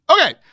Okay